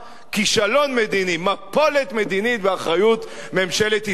כישלון מדיני, מפולת מדינית באחריות ממשלת ישראל.